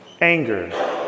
Anger